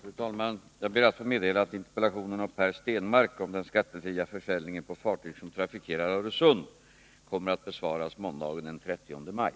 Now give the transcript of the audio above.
Herr talman! Efter samråd med Margit Gennser får jag meddela att hennes interpellation om den statliga kontrollen av medborgarna kommer att besvaras den 16 maj.